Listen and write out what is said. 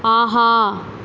ஆஹா